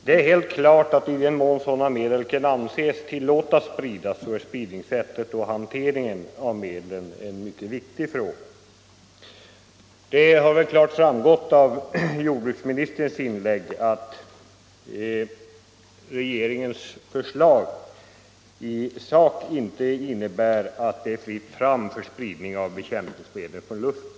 Det är helt klart att i den mån man anser att sådana medel kan tillåtas att spridas är spridningssättet och hanteringen av dem en viktig fråga. Det har klart framgått av jordbruksministerns inlägg att regeringens förslag i sak inte innebär att det är fritt fram för spridning av bekämpningsmedel från luften.